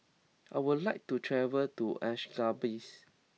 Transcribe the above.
I would like to travel to Ashgabat